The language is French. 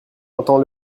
entend